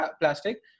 plastic